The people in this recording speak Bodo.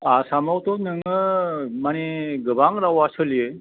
आसामावथ' नोङो मानि गोबां रावा सोलियो